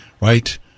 right